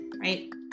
right